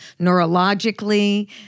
neurologically